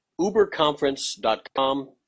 uberconference.com